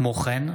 כמו כן,